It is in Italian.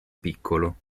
piccolo